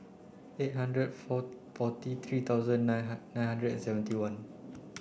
eight hundred four forty three thousand nine nine hundred and seventy one